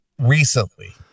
recently